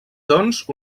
doncs